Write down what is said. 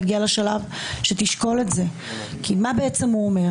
לשאול אותך מה עמדתך ומה באמת תפיסת עולמך כאשר